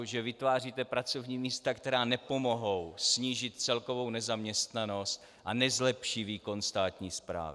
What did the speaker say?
Že vytváříte pracovní místa, která nepomohou snížit celkovou nezaměstnanost a nezlepší výkon státní správy.